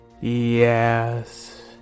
yes